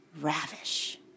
ravish